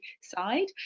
side